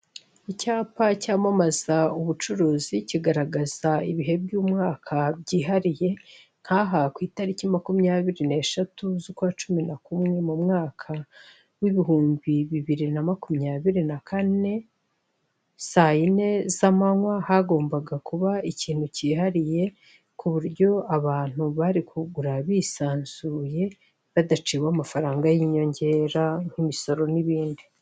Icyapa cyamamaza ubucuruzi kigaragaza ibihe by'umwaka byihariye, nk'aha ku itariki makumyabiri n'eshatu z'ukwacumi na kumwe mu mwaka w'ibihumbi bibiri na makumyabiri na kane, saa yine z'amanywa hagombaga kuba ikintu kihariye, ku buryo abantu bari kugura bisanzuye, badaciwe amafaranga y'inyongera nk'imisoro n'ibindi.